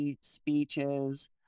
speeches